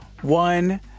One